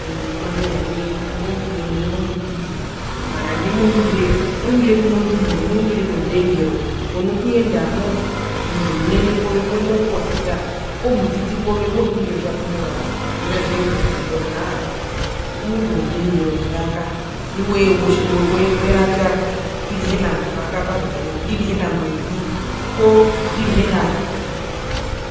Omundu ngumatjiwa kutja nai ingwi omunene ingwi omutiti tjimohingire mohingire kunonduviro mohingire nondengero kona kuyenda moo omundu omunene moo omundu omunene pove moposisa pomutiti pove mohingire otja pumovanga mena rokutja eye omutiti pove aa aa omundu wondengero meraka nu we we weraka ndirihena ndova kaparukaze ndirihena embo evi poo ndirihena